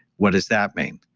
what does that mean?